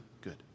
good